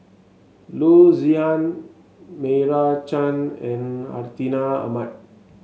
Loo Zihan Meira Chand and Hartinah Ahmad